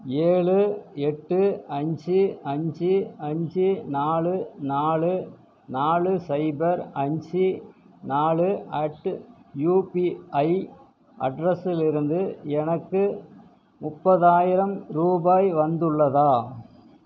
ஏழு எட்டு அஞ்சு அஞ்சு அஞ்சு நாலு நாலு நாலு சைபர் அஞ்சு நாலு அட் யுபிஐ அட்ரஸிலிருந்து எனக்கு முப்பதாயிராம் ரூபாய் வந்துள்ளதா